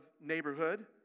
neighborhood